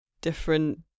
different